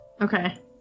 okay